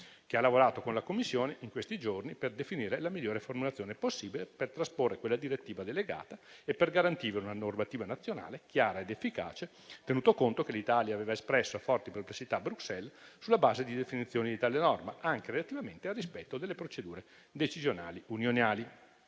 ha lavorato con la Commissione, per definire la migliore formulazione possibile per trasporre quella direttiva delegata e per garantire una normativa nazionale chiara ed efficace, tenuto conto che l'Italia aveva espresso forti perplessità a Bruxelles sulla base delle definizioni di tale norma, anche relativamente al rispetto delle procedure decisionali unionali.